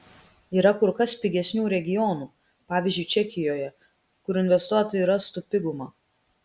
yra kur kas pigesnių regionų pavyzdžiui čekijoje kur investuotojai rastų pigumą